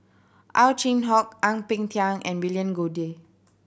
Ow Chin Hock Ang Peng Tiam and William Goode